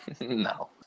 No